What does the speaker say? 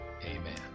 Amen